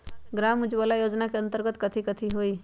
ग्राम उजाला योजना के अंतर्गत कथी कथी होई?